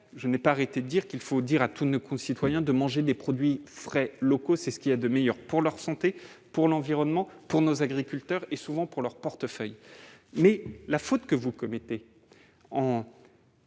je n'ai pas arrêté de dire qu'il fallait inciter tous nos concitoyens à manger des produits frais et locaux. C'est ce qu'il y a de meilleur pour leur santé, pour l'environnement, pour nos agriculteurs et, souvent, pour leur portefeuille. Toutefois, vous vous trompez,